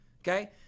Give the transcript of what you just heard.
okay